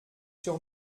sur